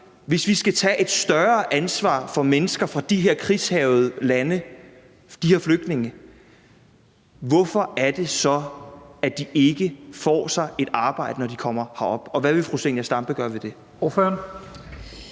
hvis vi skal tage et større ansvar for mennesker fra de her krigshærgede lande, altså de her flygtninge, hvorfor er det så, at de ikke får sig et arbejde, når de kommer herop? Og hvad vil fru Zenia Stampe gøre ved det?